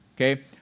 okay